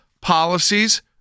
policies